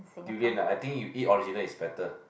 durian ah I think you eat original is better